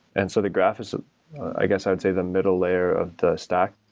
and so the graph is i guess i'd say the middle layer of the stack,